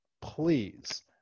please